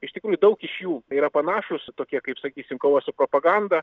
iš tikrųjų daug iš jų yra panašūs tokie kaip sakysime kova su propaganda